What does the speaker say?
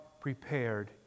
prepared